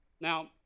Now